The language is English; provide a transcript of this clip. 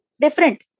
different